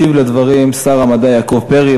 ישיב על הדברים שר המדע יעקב פרי,